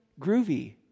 groovy